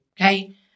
okay